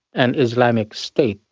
an islamic state,